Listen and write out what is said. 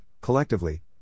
collectively